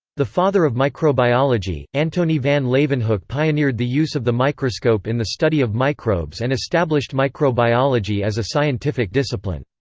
the father of microbiology, antonie van leeuwenhoek pioneered the use of the microscope in the study of microbes and established microbiology as a scientific discipline.